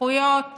זכויות